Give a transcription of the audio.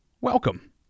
Welcome